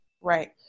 Right